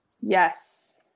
Yes